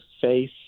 face